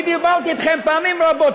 אני דיברתי אתכם פעמים רבות.